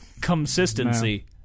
consistency